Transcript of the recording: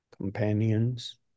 companions